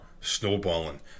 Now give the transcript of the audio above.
snowballing